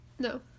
No